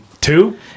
two